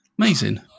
Amazing